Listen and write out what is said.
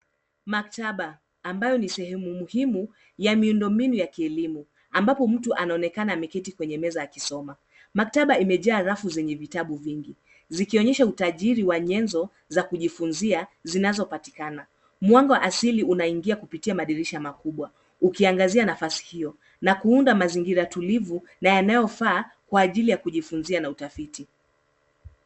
Maktaba, ambayo ni sehemu muhimu ya miundombinu ya kielimu, ambapo mtu anonekana ameketi kwenye meza akisoma. Maktaba imejaa rafu zenye vitabu vingi. Zikionyesha utajiri wa nyenzo za kujifunzia, zinazopatikana. Mwanga wa asili unaingia kupitia madirisha makubwa, ukiangazia nafasi hiyo, na kuunda mazingira tulivu na yanayofaa kwa ajili ya kujifunzia na utafiti.